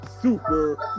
super